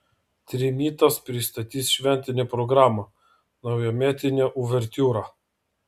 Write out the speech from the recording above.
trimitas pristatys šventinę programą naujametinė uvertiūra